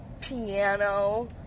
Piano